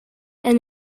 and